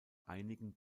einigen